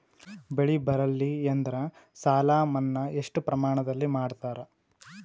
ಬೆಳಿ ಬರಲ್ಲಿ ಎಂದರ ಸಾಲ ಮನ್ನಾ ಎಷ್ಟು ಪ್ರಮಾಣದಲ್ಲಿ ಮಾಡತಾರ?